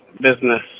business